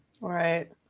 Right